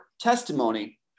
testimony